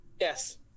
yes